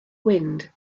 wind